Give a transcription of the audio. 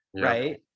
right